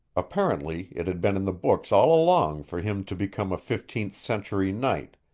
apparently it had been in the books all along for him to become a fifteenth-century knight,